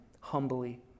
humbly